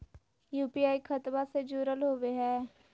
UPI खतबा से जुरल होवे हय?